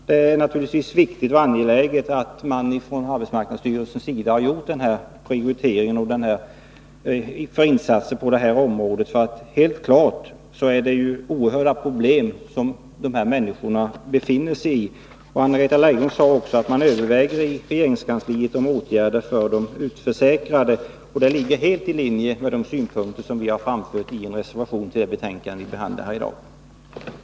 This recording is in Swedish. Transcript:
Det är naturligtvis viktigt att arbetsmarknadsstyrelsen har gjort denna prioritering av insatserna på detta område. Helt klart har dessa människor oerhörda problem. Anna-Greta Leijon sade även att man i regeringskansliet överväger åtgärder för de utförsäkrade. Det ligger helt i linje med de synpunkter som vi har framfört i en reservation till det betänkande som riksdagen i dag behandlar.